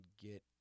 get